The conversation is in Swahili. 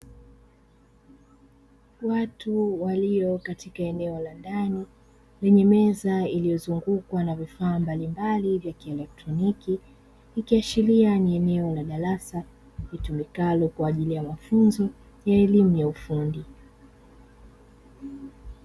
Watu walio katika eneo la ndani, lenye meza iliyozungukwa na vifaa mbalimbali vya kielektroniki iliashiria ni eneo la darasa litumikalo kwa ajili ya mafunzo ya elimu ya ufundi.